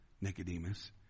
Nicodemus